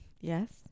yes